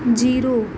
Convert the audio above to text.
zero